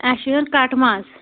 اسہِ چھُ ہیٚون کٹہٕ ماز